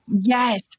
Yes